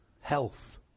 Health